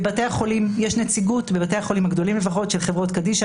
בבתי החולים הגדולים לפחות יש נציגות של חברות קדישא,